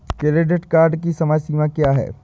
Credit card की समय सीमा क्या है?